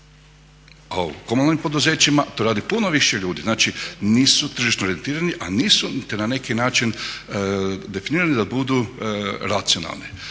a u komunalnim poduzećima to radi puno više ljudi. Znači nisu tržišno orijentirani, a nisu niti na neki način definirani da budu racionalni.